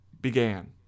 began